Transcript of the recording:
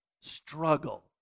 struggle